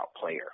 player